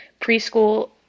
preschool